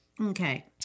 Okay